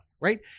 Right